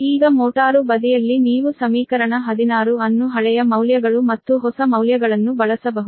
ಈಗ ಮೋಟಾರು ಬದಿಯಲ್ಲಿ ನೀವು ಸಮೀಕರಣ 16 ಅನ್ನು ಹಳೆಯ ಮೌಲ್ಯಗಳು ಮತ್ತು ಹೊಸ ಮೌಲ್ಯಗಳನ್ನು ಬಳಸಬಹುದು